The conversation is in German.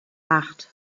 acht